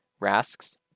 Rask's